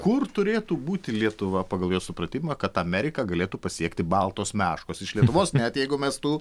kur turėtų būti lietuva pagal jo supratimą kad ameriką galėtų pasiekti baltos meškos iš lietuvos net jeigu mes tų